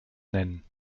nennen